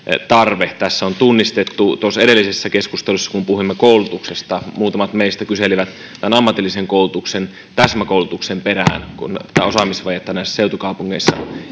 tarve tässä on tunnistettu edellisessä keskustelussa kun puhuimme koulutuksesta muutamat meistä kyselivät tämän ammatillisen koulutuksen täsmäkoulutuksen perään kun tätä osaamisvajetta näissä seutukaupungeissa